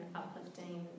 uplifting